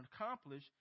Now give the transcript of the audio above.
accomplish